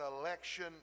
election